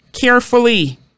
carefully